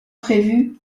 prévu